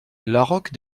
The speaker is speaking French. laroque